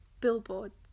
billboards